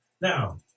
Now